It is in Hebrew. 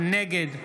נגד